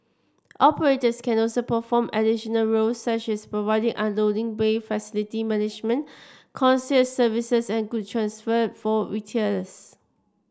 operators can also perform additional roles such as providing unloading bay facility management concierge services and goods transfer for retailers